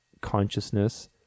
consciousness